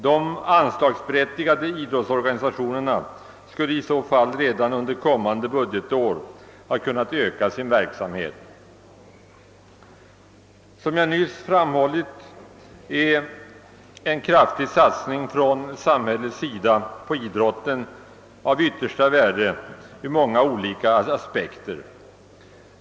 De anslagsberättigade idrottsorganisationerna skulle i så fall redan under kommande budgetår ha kunnat öka sin verksamhet. Som jag nyss framhållit är en kraftig satsning från samhällets sida på idrotten av yttersta värde ur många olika aspekter.